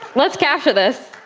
let's capture this.